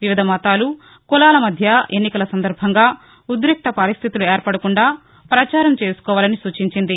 వివిధ మతాలు కులాల మధ్య ఎన్నికల సందర్భంగా ఉద్దిక్త పరిస్థితులు ఏర్పడకుండా ప్రచారం చేసుకోవాలని సూచించింది